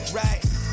right